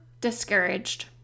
discouraged